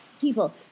people